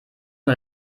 nur